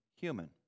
human